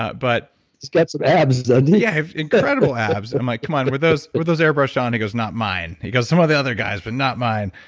ah but he's got some abs, doesn't he? yeah, incredible abs. i'm like, come on, were those were those airbrushed on. he goes not mine. he goes, some of the other guys, but not mine.